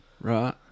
right